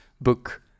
book